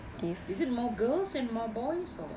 is it more girls than boys or [what]